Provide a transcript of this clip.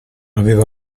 aveva